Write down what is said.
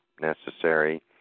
necessary